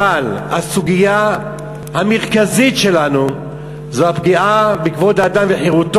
אבל הסוגיה המרכזית שלנו זאת הפגיעה בכבוד האדם וחירותו,